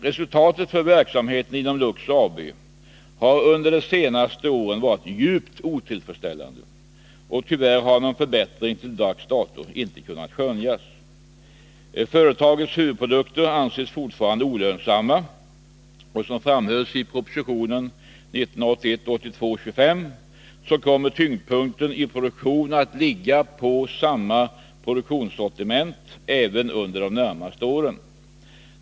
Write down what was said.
Resultatet för verksamheten inom Luxor AB har under de senaste åren varit djupt otillfredsställande. Tyvärr har någon förbättring till dags dato inte kunnat skönjas. Företagets huvudprodukter anses fortfarande olönsamma. Såsom också framhölls i proposition 1981/82:25 kommer tyngdpunkten i produktionen att ligga på samma produktionssortiment även under de närmaste åren.